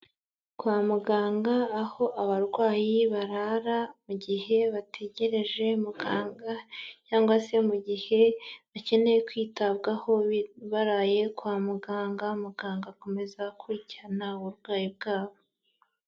Kwa muganga aho abarwayi barara mu gihe bategereje muganga cyangwa se mu gihe bakeneye kwitabwaho baraye kwa muganga, muganga akomeza gukurikirana uburwayi bwabo.